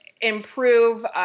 improve